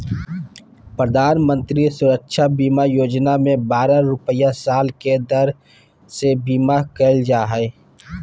प्रधानमंत्री सुरक्षा बीमा योजना में बारह रुपया साल के दर से बीमा कईल जा हइ